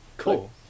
Cool